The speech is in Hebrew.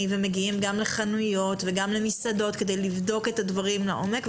ומגיעים גם לחנויות וגם למסעדות כדי לבדוק את הדברים לעומק,